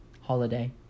holiday